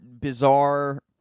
bizarre